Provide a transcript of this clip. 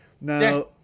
now